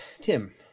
tim